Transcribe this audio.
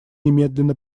немедленно